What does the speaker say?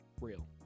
Real